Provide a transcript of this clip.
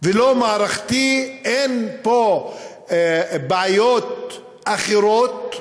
ולא מערכתי, אין פה בעיות אחרות,